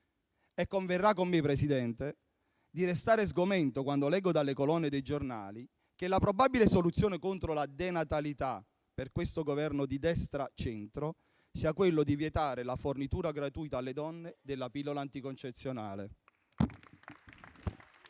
E converrà con me, Presidente, se resto sgomento quando leggo dalle colonne dei giornali che la probabile soluzione contro la denatalità per questo Governo di destracentro sia vietare la fornitura gratuita della pillola anticoncezionale.